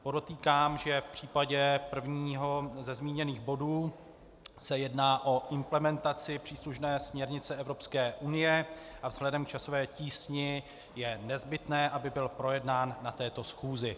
Podotýkám, že v případě prvního ze zmíněných bodů se jedná o implementaci příslušné směrnice Evropské unie a vzhledem k časové tísni je nezbytné, aby byl projednán na této schůzi.